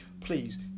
please